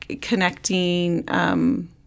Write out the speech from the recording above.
connecting